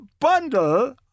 bundle